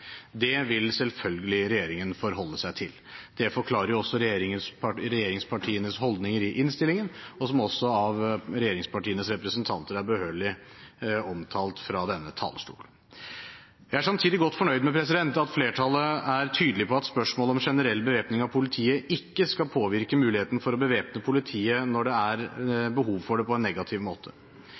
Det vil regjeringen selvfølgelig forholde seg til. Det forklarer også regjeringspartienes holdninger i innstillingen, som også av regjeringspartienes representanter er behørig omtalt fra denne talerstolen. Jeg er samtidig godt fornøyd med at flertallet er tydelig på at spørsmålet om generell bevæpning av politiet ikke skal påvirke muligheten for å bevæpne politiet når det er behov for det, på en negativ måte.